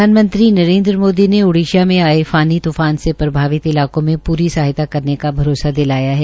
प्रधानमंत्री नरेन्द्र मोदी ने ओड़िसा में आये फानी तूफान से प्रभावित सहायता करने का भरोसा दिलाया है